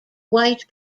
white